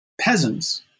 peasants